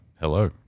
Hello